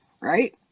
right